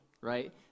right